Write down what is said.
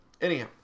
anyhow